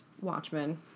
Watchmen